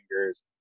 fingers